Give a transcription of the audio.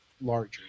larger